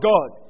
God